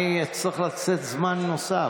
אני אצטרך לתת זמן נוסף.